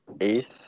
eighth